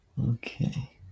Okay